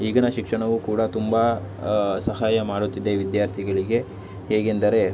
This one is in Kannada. ಈಗಿನ ಶಿಕ್ಷಣವೂ ಕೂಡ ತುಂಬ ಸಹಾಯ ಮಾಡುತ್ತಿದೆ ವಿದ್ಯಾರ್ಥಿಗಳಿಗೆ ಹೇಗೆಂದರೆ